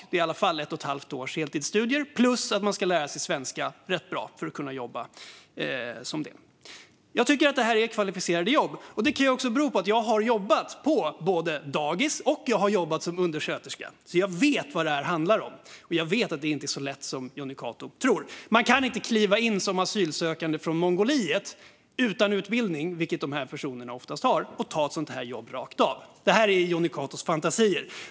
Det är i alla fall ett och ett halvt års heltidsstudier plus att man ska lära sig svenska rätt bra för att kunna jobba som det. Jag tycker att detta är kvalificerade jobb. Det kan bero på att jag har jobbat både på dagis och som undersköterska, så jag vet vad detta handlar om. Jag vet att det inte är så lätt som Jonny Cato tror. Man kan inte kliva in som asylsökande från Mongoliet utan utbildning, vilket oftast är fallet med dessa personer, och ta ett sådant här jobb rakt av. Detta är Jonny Catos fantasier.